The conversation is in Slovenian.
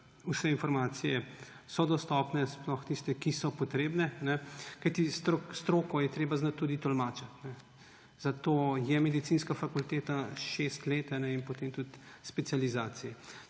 vse informacije so dostopne, sploh tiste, ki so potrebne, kajti stroko je treba znati tudi tolmačiti. Zato je medicinska fakulteta šest let in potem tudi specializacije.